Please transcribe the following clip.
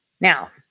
Now